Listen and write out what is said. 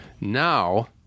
now